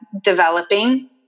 developing